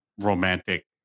romantic